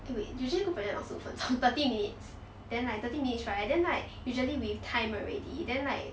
wait usually group project not 十五分钟 thirty minutes then like thirty minutes right then like usually we time already then like